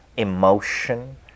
emotion